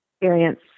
experience